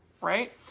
right